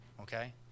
okay